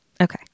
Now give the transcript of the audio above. Okay